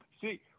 see